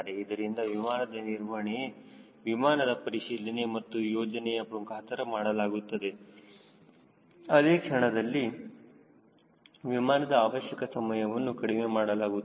ಇದರಿಂದ ವಿಮಾನದ ನಿರ್ವಹಣೆ ವಿಮಾನದ ಪರಿಶೀಲನೆ ಒಂದು ಯೋಜನೆಯ ಮುಖಾಂತರ ಮಾಡಲಾಗುತ್ತದೆ ಮತ್ತು ಅದೇ ಕ್ಷಣದಲ್ಲಿ ವಿಮಾನದ ಅವಶ್ಯಕ ಸಮಯವನ್ನು ಕಡಿಮೆ ಮಾಡಲಾಗುತ್ತದೆ